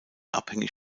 abhängig